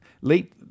late